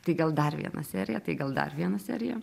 tai gal dar vieną seriją tai gal dar vieną seriją